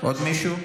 עוד מישהו?